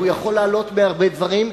והוא יכול לעלות מהרבה מקומות,